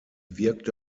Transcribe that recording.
wirkte